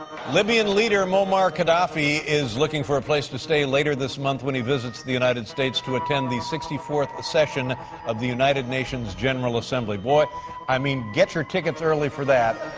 libyan leader, muammar gaddafi, is looking for place to stay later this month when he visits the united states to attend the sixty fourth session of the united nations general assembly. i mean, get your tickets early for that.